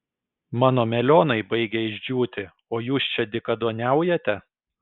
mano melionai baigia išdžiūti o jūs čia dykaduoniaujate